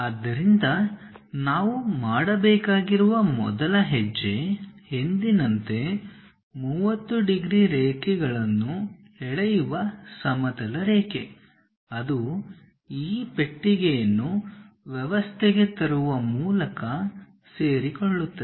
ಆದ್ದರಿಂದ ನಾವು ಮಾಡಬೇಕಾಗಿರುವ ಮೊದಲ ಹೆಜ್ಜೆ ಎಂದಿನಂತೆ 30 ಡಿಗ್ರಿ ರೇಖೆಗಳನ್ನು ಎಳೆಯುವ ಸಮತಲ ರೇಖೆ ಅದು ಈ ಪೆಟ್ಟಿಗೆಯನ್ನು ವ್ಯವಸ್ಥೆಗೆ ತರುವ ಮೂಲಕ ಸೇರಿಕೊಳ್ಳುತ್ತದೆ